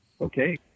okay